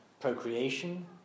procreation